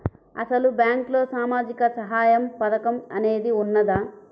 అసలు బ్యాంక్లో సామాజిక సహాయం పథకం అనేది వున్నదా?